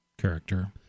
character